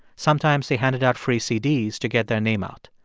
sometimes they handed out free cds to get their name out.